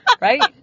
right